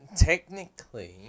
Technically